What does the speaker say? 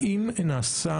האם נעשה